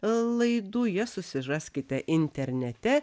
laidų jas susiraskite internete